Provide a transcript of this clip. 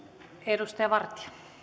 arvoisa puhemies